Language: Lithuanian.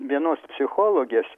vienos psichologės